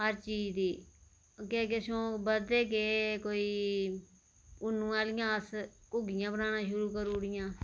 हर चीज दी अग्गै अग्गै शोौक बददे गे मतलब कोई उन्नू आहलियां असें कुग्घियां बनाना शुरु करी ओड़ियां